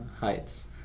Heights